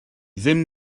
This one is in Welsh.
ddim